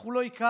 אנחנו לא הכרנו.